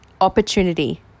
opportunity